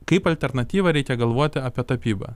kaip alternatyvą reikia galvoti apie tapybą